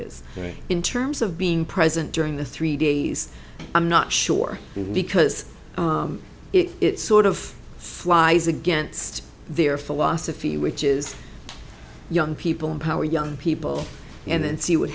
is in terms of being present during the three days i'm not sure because it sort of flies against their philosophy which is young people empower young people and then see what